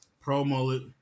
pro-mullet